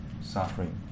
suffering